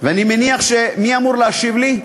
אני מניח, מי אמור להשיב לי?